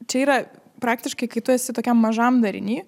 čia yra praktiškai kai tu esi tokiam mažam dariny